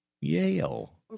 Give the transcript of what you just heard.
Yale